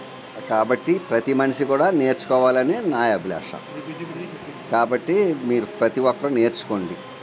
కాబట్టి ప్రతీ మనిషి కూడా నేర్చుకోవాలని నా అభిలాష కాబట్టి మీరు ప్రతి ఒక్కరూ నేర్చుకోండి